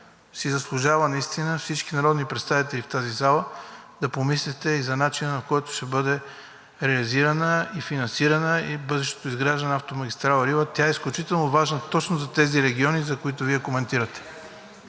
си заслужава наистина всички народни представители в тази зала да помислите и за начина, по който ще бъде реализирана и финансирана и бъдещото изграждане на автомагистрала „Рила“. Тя е изключително важна точно за тези региони, за които Вие коментирате.